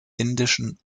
indischen